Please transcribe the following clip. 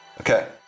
Okay